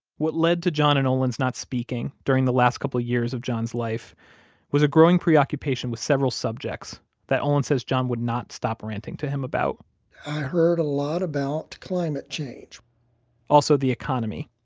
what led to john and olin's not speaking during the last couple of years of john's life was a growing preoccupation with several subjects that olin says john would not stop ranting to him about i heard a lot about climate change also the economy.